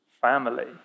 family